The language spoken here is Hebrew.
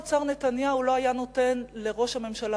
שר האוצר נתניהו לא היה נותן לראש הממשלה